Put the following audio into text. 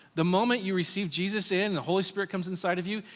the moment you receive jesus in, the holy spirit comes inside of you,